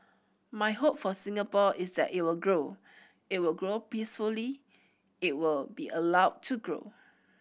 my hope for Singapore is that it will grow it will grow peacefully it will be allowed to grow